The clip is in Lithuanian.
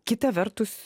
kita vertus